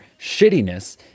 shittiness